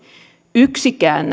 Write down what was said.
yksikään